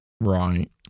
Right